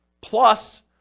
plus